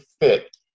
fit